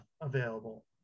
available